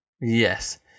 Yes